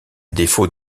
défaut